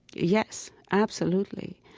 yes, absolutely.